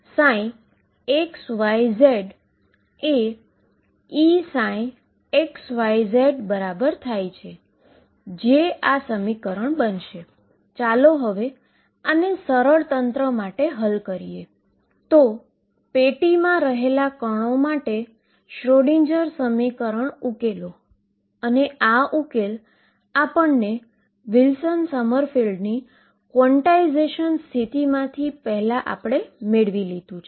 તેથી d2dx2 જે ψ છે તે Amωxe mω2ℏx2 ની બરાબર બનશે પણ હું બીજા પદનુ ડેરીવેટીવ કરુ છું તો પણ મને x પદ મળે છે અને તેથી આ ખરેખર 3Amωx બનશે અને હવે પછીનું પદ મને Amω2x3e mω2ℏx2 મળે છે